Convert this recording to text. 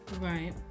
Right